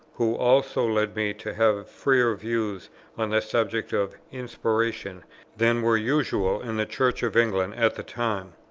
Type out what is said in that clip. who also led me to have freer views on the subject of inspiration than were usual in the church of england at the time.